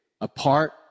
apart